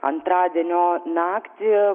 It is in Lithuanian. antradienio naktį